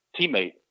teammate